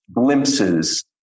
glimpses